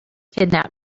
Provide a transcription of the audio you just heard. kidnap